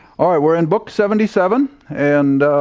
all right, we're in book seventy seven and